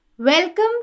Welcome